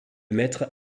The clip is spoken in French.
mettre